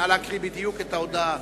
נא להקריא בדיוק את ההודעה.